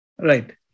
Right